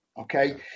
okay